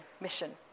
mission